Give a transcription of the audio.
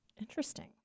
Interesting